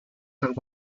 algo